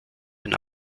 ein